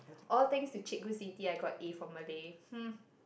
all thanks to Cikgu-Siti I got A for Malay